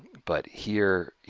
but here, you